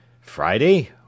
friday